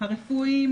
הרפואיים,